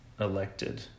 elected